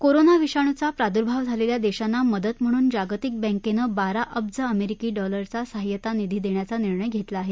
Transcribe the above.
corona विषाणूचा प्रादुर्भाव झालेल्या देशांना मदत म्हणून जागतिक बँकेनं बारा अब्ज अमेरिकी डॉलरचा सहाय्यता निधी देण्याचा निर्णय घेतला आहे